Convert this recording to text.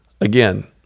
Again